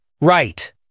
Right